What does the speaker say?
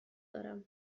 دارم